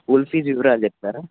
school fee వివరాలు చెప్తారా